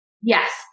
yes